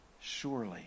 surely